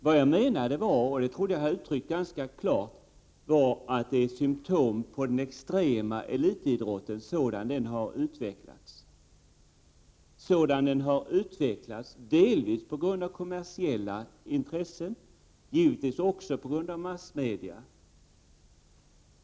Vad jag menade var — och det trodde jag att jag uttryck klart — symtom inom den extrema elitidrotten, sådan den har utvecklats delvis på grund av kommersiella intressen, delvis givetvis på grund av massmediernas behandling.